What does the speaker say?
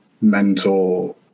mentor